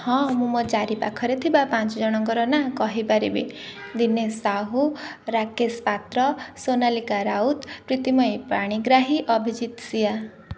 ହଁ ମୁଁ ମୋ ଚାରି ପାଖରେ ଥିବା ପାଞ୍ଚ ଜଣଙ୍କର ନାଁ କହିପାରିବି ଦିନେଶ ସାହୁ ରାକେଶ ପାତ୍ର ସୋନାଲିକା ରାଉତ ପ୍ରୀତିମୟୀ ପାଣିଗ୍ରାହୀ ଅଭିଜିତ ସିଆ